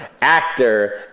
actor